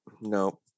No